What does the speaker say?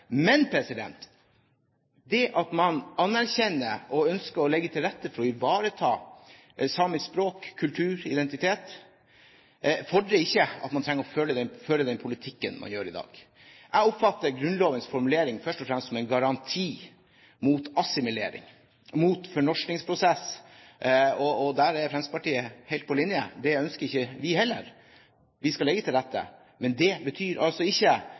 Men det at man anerkjenner og ønsker å legge til rette for å ivareta samisk språk, kultur og identitet, fordrer ikke at man fører den politikken man gjør i dag. Jeg oppfatter Grunnlovens formulering først og fremst som en garanti mot assimilering, mot fornorskningsprosess, og der er Fremskrittspartiet helt på linje: Det ønsker ikke vi heller. Vi skal legge til rette, men det betyr altså ikke